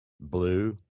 blue